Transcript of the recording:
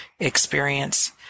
experience